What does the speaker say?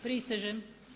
Prisežem.